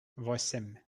восемь